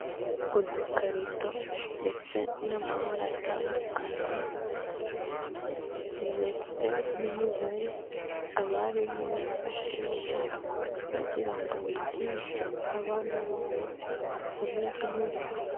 Udukarido ndetse n'amabara atandukanye ndetse n'imibare abarimu bifashisha bagira ngo bigishe abana babo, isomo ry'imibare.